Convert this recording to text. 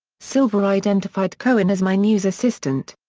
silver identified cohen as my news assistant.